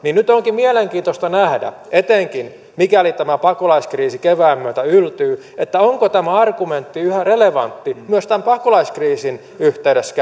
nyt onkin mielenkiintoista nähdä etenkin mikäli tämä pakolaiskriisi kevään myötä yltyy onko tämä argumentti yhä relevantti myös tämän pakolaiskriisin yhteydessä